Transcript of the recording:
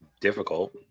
difficult